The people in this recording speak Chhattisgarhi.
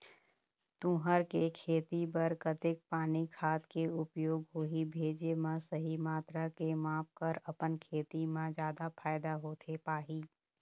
तुंहर के खेती बर कतेक पानी खाद के उपयोग होही भेजे मा सही मात्रा के माप कर अपन खेती मा जादा फायदा होथे पाही?